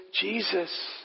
Jesus